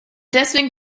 deswegen